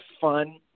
fun